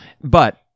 But-